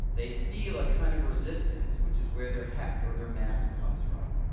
they feel a kind of resistance, which is where their heft, or their mass comes from.